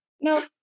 No